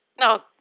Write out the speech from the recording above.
No